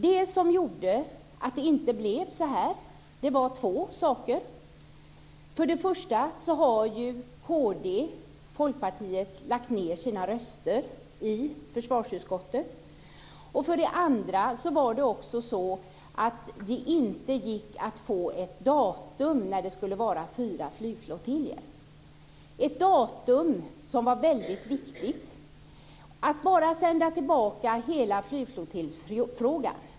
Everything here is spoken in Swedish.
Det som gjorde att det inte blev så här är två saker. För det första har ju Kd och Folkpartiet lagt ned sina röster i försvarsutskottet. För det andra var det också så att det inte gick att få ett datum för när det skulle vara fyra flygflottiljer. Ett datum var väldigt viktigt. Vi ville inte bara sända tillbaka hela flygflottiljfrågan.